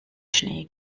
schnee